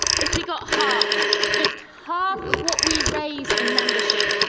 if we got half, just half of what we raised in membership,